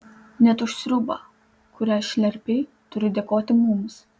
net už sriubą kurią šlerpei turi dėkoti mums